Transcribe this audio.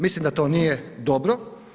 Mislim da to nije dobro.